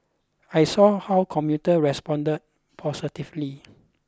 I saw how commuters responded positively